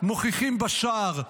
מוכיחים בשער,